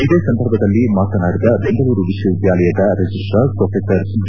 ಇದೇ ಸಂದರ್ಭದಲ್ಲಿ ಮಾತನಾಡಿದ ಬೆಂಗಳೂರು ವಿಶ್ವವಿದ್ಯಾಲಯದ ರಿಜಿಸ್ವಾರ್ ಪ್ರೊಫೆಸರ್ ಬಿ